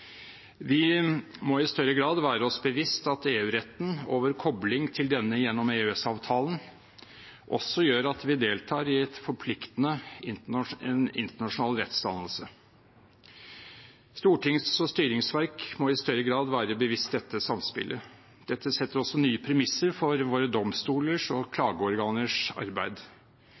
Vi må i større grad være oss bevisst at EU-retten og vår kobling til denne gjennom EØS-avtalen også gjør at vi deltar i en forpliktende internasjonal rettsdannelse. Storting og styringsverk må i større grad være bevisst dette samspillet. Dette setter også nye premisser for våre domstolers og klageorganers arbeid.